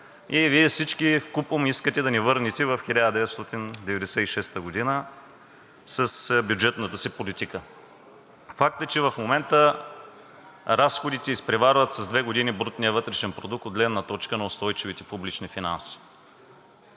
и Вие всички вкупом искате да ни върнете в 1996 г. с бюджетната си политика. Факт е, че в момента разходите изпреварват с две години брутния вътрешен продукт от гледна точка на устойчивите публични финанси.